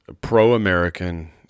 pro-American